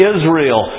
Israel